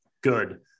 good